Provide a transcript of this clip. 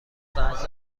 ساعت